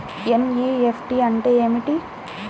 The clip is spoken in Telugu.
ఎన్.ఈ.ఎఫ్.టీ అంటే ఏమిటీ?